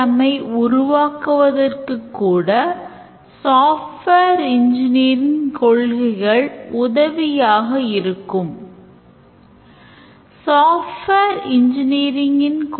bill generate செய்யும் தகவலையும் நாம் external system ஆகிய the billing system ல் எழுதுகிறோம்